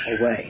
away